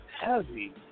heavy